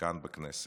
כאן בכנסת.